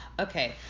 okay